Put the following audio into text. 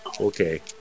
Okay